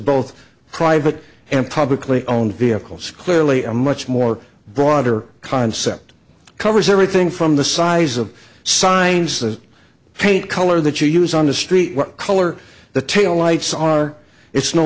both privately and publicly owned vehicles clearly a much more broader concept covers everything from the size of signs that paint color that you use on the street what color the taillights are it's no